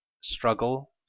struggle